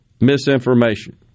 misinformation